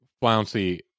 Flouncy